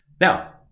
Now